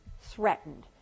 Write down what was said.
threatened